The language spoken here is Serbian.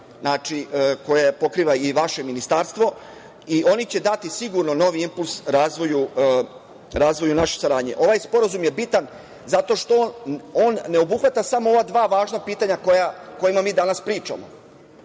znači koje pokriva i vaše ministarstvo, i oni će dati sigurno novi impuls razvoju naše saradnje. Ovaj sporazum je bitan zato što on ne obuhvata samo ova dva važna pitanja o kojima mi danas pričamo,